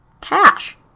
Cash